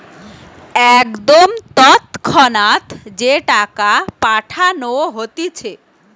একদম তৎক্ষণাৎ যে টাকা পাঠানো হতিছে